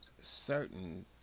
certain